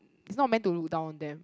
is not meant to look down on them